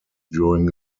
during